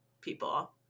people